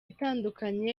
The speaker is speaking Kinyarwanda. itandukanye